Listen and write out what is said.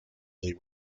they